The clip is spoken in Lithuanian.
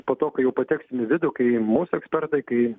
po to kai jau pateksim į vidų kai mūsų ekspertai kai